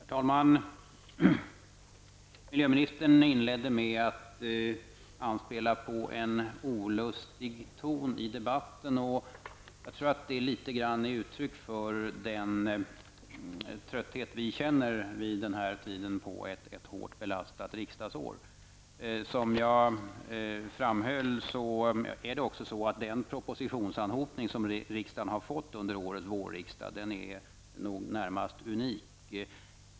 Herr talman! Miljöministern inledde med att anspela på en olustig ton i debatten. Jag tror att detta litet grand är uttryck för den trötthet som vi känner vid den här tiden under ett hårt belastat riksdagsår. Som jag framhöll är propositionsanhopningen under årets vårriksdag väl närmast unik.